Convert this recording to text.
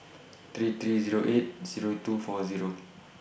three three Zero eight Zero two four Zero